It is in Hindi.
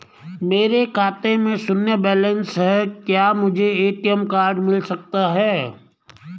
मेरे खाते में शून्य बैलेंस है क्या मुझे ए.टी.एम कार्ड मिल सकता है?